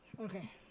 Okay